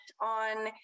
on